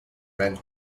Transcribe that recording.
ran